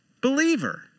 believer